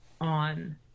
on